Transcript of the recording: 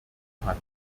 hat